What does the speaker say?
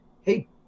hey